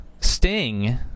Sting